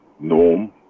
norm